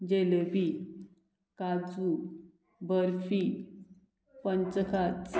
जेलेबी काजू बर्फी पंचखाज